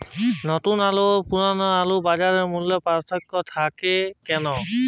নতুন আলু ও পুরনো আলুর বাজার মূল্যে পার্থক্য থাকে কেন?